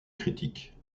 critique